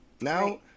Now